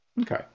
Okay